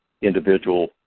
individual